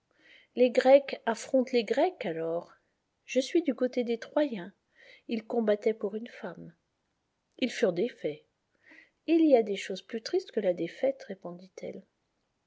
les grecs affrontent les grecs alors je suis du côté des troyens ils combattaient pour une femme ils furent défaits il y a des choses plus tristes que la défaite répondit-elle